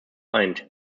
eint